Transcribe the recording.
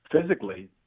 physically